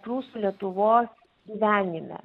prūsų lietuvos gyvenime